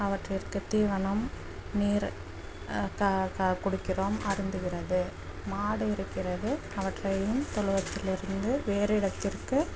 அவற்றிற்கு தீவனம் நீர் கொடுக்கிறோம் அருந்துகிறது மாடு இருக்கிறது அவற்றையும் தொழுவத்தில் இருந்து வேறு இடத்திற்கு